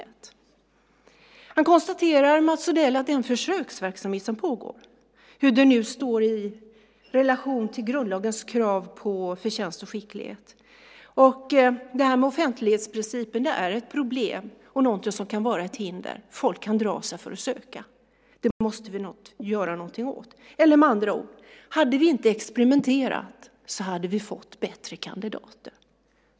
Mats Odell konstaterar att det är en försöksverksamhet som pågår, hur nu det står i relation till grundlagens krav på förtjänst och skicklighet, och att offentlighetsprincipen är ett problem och någonting som kan vara ett hinder. Folk kan dra sig för att söka. Och det måste vi göra någonting åt. Eller med andra ord: Hade vi inte experimenterat hade vi fått bättre kandidater.